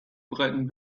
breiten